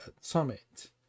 Summit